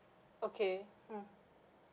okay mm